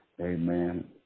amen